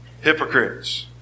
Hypocrites